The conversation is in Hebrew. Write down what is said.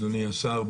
אדוני השר,